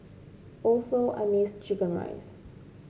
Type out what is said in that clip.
also I missed chicken rice